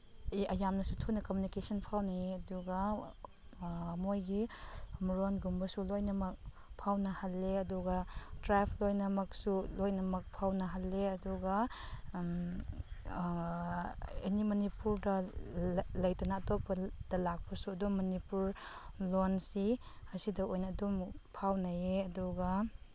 ꯌꯥꯝꯅꯁꯨ ꯊꯨꯅ ꯀꯃ꯭ꯌꯨꯅꯤꯀꯦꯁꯟ ꯐꯥꯎꯅꯩꯌꯦ ꯑꯗꯨꯒ ꯃꯣꯏꯒꯤ ꯃꯔꯣꯟꯒꯨꯝꯕꯁꯨ ꯂꯣꯏꯅꯃꯛ ꯐꯥꯎꯅꯍꯜꯂꯦ ꯑꯗꯨꯒ ꯇ꯭ꯔꯥꯏꯞ ꯂꯣꯏꯅꯃꯛꯁꯨ ꯂꯣꯏꯅꯃꯛ ꯐꯥꯎꯅꯍꯜꯂꯦ ꯑꯗꯨꯒ ꯑꯦꯅꯤ ꯃꯅꯤꯄꯨꯔꯗ ꯂꯩꯇꯅ ꯑꯇꯣꯞꯄꯗ ꯂꯥꯛꯄꯁꯨ ꯑꯗꯨꯝ ꯃꯅꯤꯄꯨꯔ ꯂꯣꯟꯁꯤ ꯑꯁꯤꯗ ꯑꯣꯏꯅ ꯑꯗꯨꯝ ꯐꯥꯎꯅꯩꯌꯦ ꯑꯗꯨꯒ